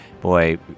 boy